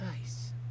nice